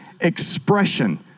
expression